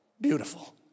beautiful